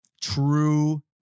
True